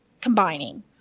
combining